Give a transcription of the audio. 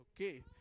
Okay